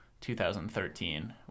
2013